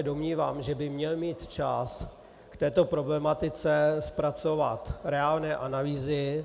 Domnívám se, že by měl mít čas k této problematice zpracovat reálné analýzy.